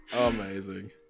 amazing